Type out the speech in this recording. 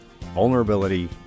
vulnerability